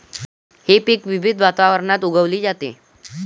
हे पीक विविध वातावरणात उगवली जाते